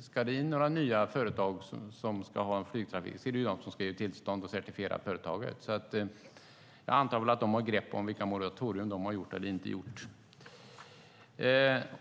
Ska det in några nya företag som ska ha flygtrafik är det de som ska ge tillstånd och certifiera företagen. Jag antar att de har grepp om vilka moratorier de har gjort och inte gjort.